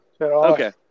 okay